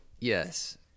Yes